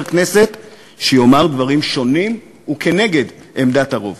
כנסת שיאמר דברים שונים ונגד עמדת הרוב.